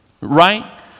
Right